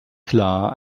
klar